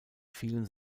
vielen